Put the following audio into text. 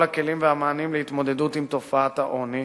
הכלים והמענים להתמודדות עם תופעת העוני,